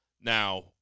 Now